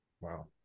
wow